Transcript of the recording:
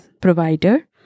provider